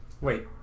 wait